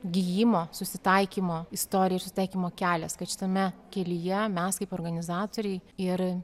gijimo susitaikymo istorija susitaikymo kelias kad šitame kelyje mes kaip organizatoriai ir